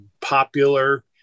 Popular